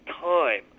time